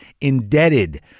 Indebted